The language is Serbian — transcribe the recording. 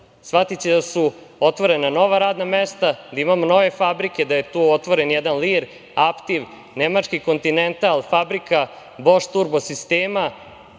shvatiće da su otvorena nova radna mesta, da imamo nove fabrike, da je tu otvoren jedan "Lir", "Aptiv", nemački "Kontinental", fabrika "Boš" turbo sistema,